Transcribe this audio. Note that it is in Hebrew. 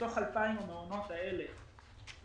מתוך ה-2,000 המעונות האלה,